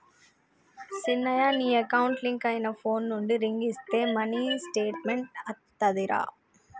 సిన్నయ నీ account link అయిన ఫోన్ నుండి రింగ్ ఇస్తే మినీ స్టేట్మెంట్ అత్తాదిరా